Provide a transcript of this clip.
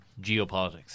geopolitics